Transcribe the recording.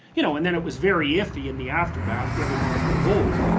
you know, and then, it was very iffy in the aftermath whether or not it would hold.